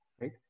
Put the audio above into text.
right